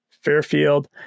Fairfield